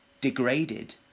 degraded